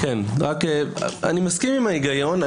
אני מסכים עם ההיגיון.